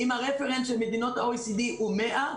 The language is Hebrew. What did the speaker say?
אם הרפרנט של מדינות ה-OECD הוא 100,